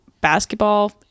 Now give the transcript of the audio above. basketball